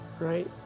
Right